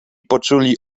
poczuli